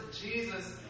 Jesus